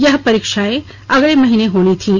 यह परीक्षाएं अगले महीने होनी थीं